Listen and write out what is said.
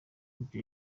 yumva